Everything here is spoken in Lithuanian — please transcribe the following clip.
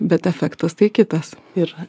bet efektas tai kitas ir